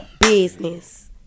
business